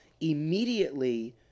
immediately